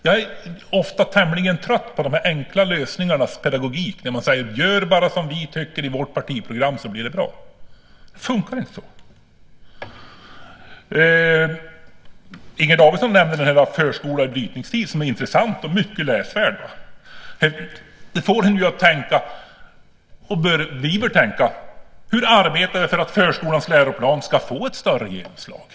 Jag är tämligen trött på de enkla lösningarnas pedagogik där man säger: Gör bara som vi tycker i vårt partiprogram så blir det bra! Det funkar inte så. Inger Davidson nämnde Förskola i brytningstid . Den är intressant och mycket läsvärd. Vi bör tänka på hur vi arbetar för att förskolans läroplan ska få ett större genomslag.